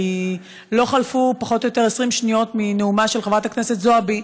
כי לא חלפו פחות או יותר 20 שניות מנאומה של חברת הכנסת זועבי,